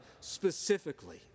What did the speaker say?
specifically